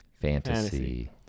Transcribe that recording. Fantasy